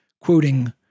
Quoting